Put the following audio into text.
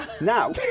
Now